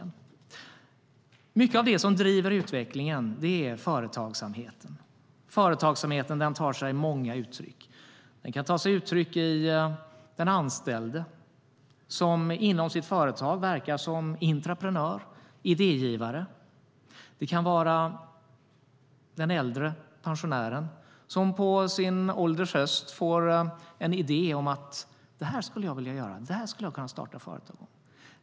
Mycket av det som driver utvecklingen är företagsamheten. Den tar sig många uttryck. Den kan ta sig uttryck i den anställde som inom sitt företag verkar som intraprenör och idégivare. Det kan vara den äldre pensionären som på sin ålders höst får en idé om något han eller hon vill göra och starta företag för.